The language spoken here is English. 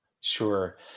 Sure